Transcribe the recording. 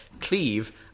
cleave